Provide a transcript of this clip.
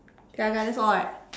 okay ah okay ah that's all right